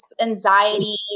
anxiety